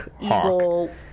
eagle